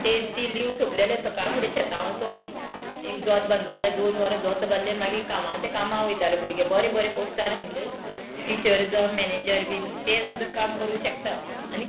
तें ती लिव सोंपलेले सकाळ फुडें शेतां वसोप एक जोत बांदपा जाल्यार दोन वरां जोत बांदलें मागीर कामाच्या कामां वयताले भुरगे बरें बरें पोस्टार आयिल्ले टिचर जावं मॅनेजर बीन ते सुद्दां काम करूंक शकता आनी